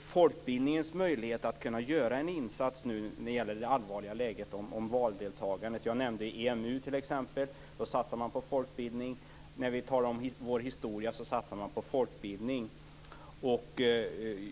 folkbildningens möjlighet att göra en insats vad beträffar det allvarliga läget för valdeltagandet. Jag nämnde EMU, t.ex. Då satsar man på folkbildning. När vi talar om vår historia satsar man på folkbildning.